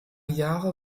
jahre